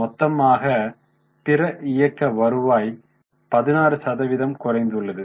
மொத்தமாக பிற இயக்க வருவாய் 16 சதவீதம் குறைந்துள்ளது